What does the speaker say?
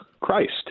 Christ